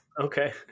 Okay